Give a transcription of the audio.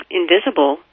invisible